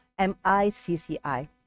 MICCI